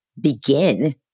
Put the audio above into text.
begin